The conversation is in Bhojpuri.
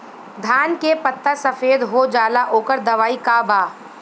धान के पत्ता सफेद हो जाला ओकर दवाई का बा?